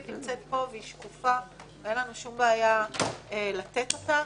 נמצאת פה והיא שקופה ואין לנו שום בעיה לתת אותה.